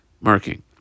marking